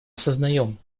осознаем